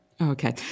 Okay